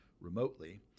remotely